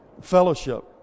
fellowship